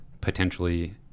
potentially